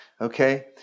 Okay